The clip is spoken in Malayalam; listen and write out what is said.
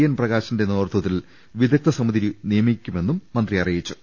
എൻ പ്രകാശിന്റെ നേതൃത്പത്തിൽ വിദഗ്ദ സമിതിയെ നിയമിക്കുമെന്നും മന്ത്രി പറഞ്ഞു